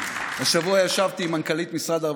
אבל יש עוד דרך ארוכה